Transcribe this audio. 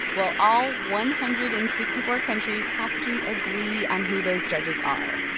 well, all one hundred and sixty four countries have to agree on who those judges are.